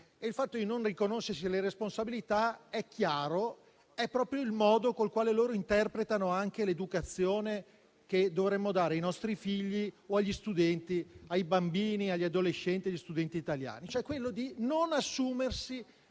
Il fatto di non riconoscersi delle responsabilità è proprio il modo col quale loro interpretano anche l'educazione che dovremmo dare ai nostri figli, ai bambini, agli adolescenti e agli studenti italiani, cioè quello di non assumersi